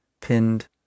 pinned